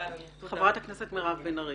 חברת הכנסת מירב בן ארי